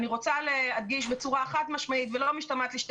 אני רוצה להדגיש בצורה חד משמעית ולא משתמעת לשתי